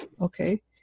okay